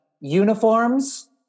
Uniforms